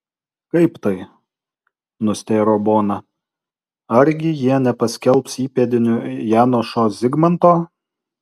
kaip tai nustėro bona argi jie nepaskelbs įpėdiniu janošo zigmanto